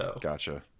Gotcha